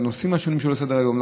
בנושאים שונים שעולים לסדר-היום.